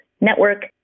Network